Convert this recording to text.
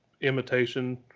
imitation